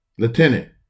Lieutenant